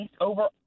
over